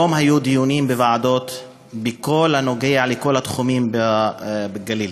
היום היו דיונים בוועדות בכל הנוגע לכל התחומים בגליל: